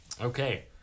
Okay